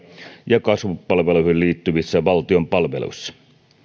ja kasvupalveluihin liittyvissä valtion palveluissa